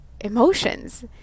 emotions